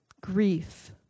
grief